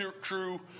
true